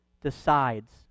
decides